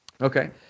okay